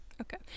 Okay